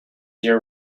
year